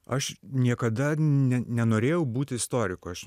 aš niekada ne nenorėjau būti istoriku aš